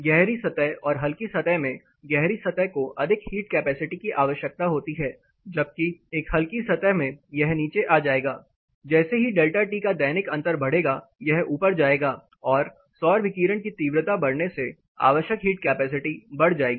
गहरी सतह और हल्की सतह में गहरी सतह को अधिक हीट कैपेसिटी की आवश्यकता होती है जबकि एक हल्की सतह में यह नीचे आ जाएगा जैसे ही डेल्टा टी का दैनिक अंतर बढ़ेगा यह ऊपर जाएगा और सौर विकिरण की तीव्रता बढ़ने से आवश्यक हीट कैपेसिटी बढ़ जाएगी